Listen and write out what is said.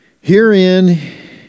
Herein